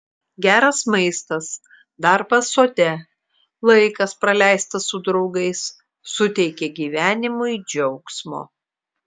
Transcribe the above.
geras maistas darbas sode laikas praleistas su draugais suteikia gyvenimui džiaugsmo